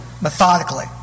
Methodically